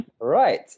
right